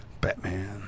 Batman